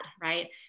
Right